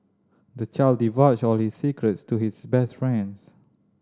the child divulged all his secrets to his best friends